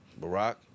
Barack